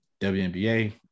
WNBA